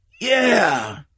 Yeah